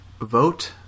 vote